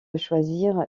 choisir